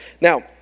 Now